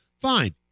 fine